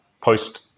post